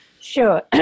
Sure